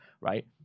right